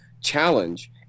challenge